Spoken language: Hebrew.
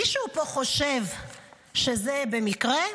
מישהו פח חושב שזה במקרה?